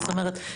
זאת אומרת,